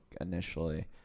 initially